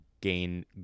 gain